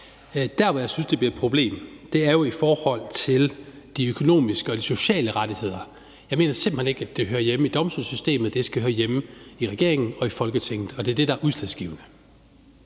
Der, hvor jeg synes det bliver et problem, er jo i forhold til de økonomiske og de sociale rettigheder. Jeg mener simpelt hen ikke, at det hører hjemme i domstolssystemet, men at det skal høre hjemme i regeringen og i Folketinget, og det er det, der er udslagsgivende.